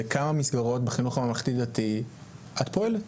בכמה מסגרות בחינוך הממלכתי דתי את פועלת?